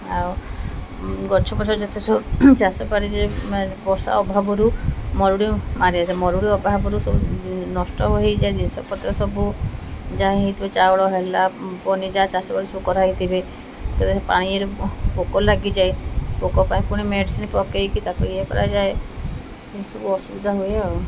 ଆଉ ଗଛ ପଛ ଯେତେ ସବୁ ଚାଷ କରିଯାଏ ବର୍ଷା ଅଭାବରୁ ମରୁଡ଼ି ମାରିଯାଏ ମରୁଡ଼ି ଅଭାବରୁ ସବୁ ନଷ୍ଟ ହେଇଯାଏ ଜିନିଷପତ୍ର ସବୁ ଯାହା ହେଇଥିବ ଚାଉଳ ହେଲା ପନିଯା ଚାଷ ସବୁ କରା ହେଇଥିବେ ପାଣିରେ ପୋକ ଲାଗିଯାଏ ପୋକ ପାଇଁ ପୁଣି ମେଡ଼ିସିନ୍ ପକେଇକି ତାକୁ ଇଏ କରାଯାଏ ସେସବୁ ଅସୁବିଧା ହୁଏ ଆଉ